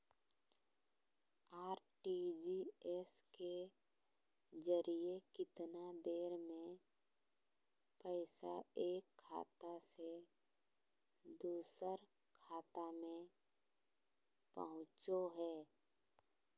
RTGS के जरिए कितना देर में पैसा एक खाता से दुसर खाता में पहुचो है?